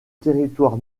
territoire